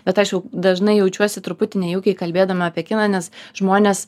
bet aš jau dažnai jaučiuosi truputį nejaukiai kalbėdama apie kiną nes žmonės